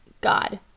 God